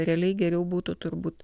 realiai geriau būtų turbūt